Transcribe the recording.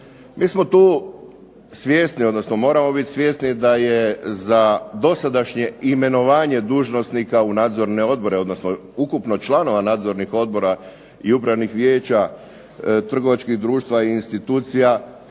Mi smo tu svjesni, odnosno moramo biti svjesni da je za dosadašnje imenovanje dužnosnika u nadzorne odbore, odnosno ukupno članova nadzornih odbora i upravnih vijeća trgovačkih društva i institucija,